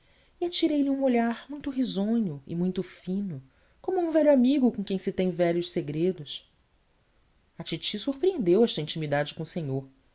e atirei lhe um olhar muito risonho e muito fino como a um velho amigo com quem se tem velhos segredos a titi surpreendeu esta intimidade com o senhor